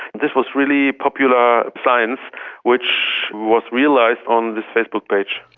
this was really popular science which was realised on this facebook page.